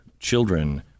Children